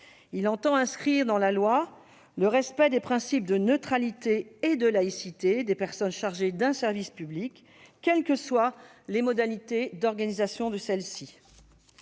Il entend inscrire dans la loi le respect des principes de neutralité et de laïcité des personnes chargées d'un service public, quelles que soient les modalités d'organisation de celui-ci.